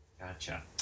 gotcha